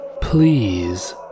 please